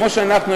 כמו שאנחנו,